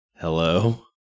Hello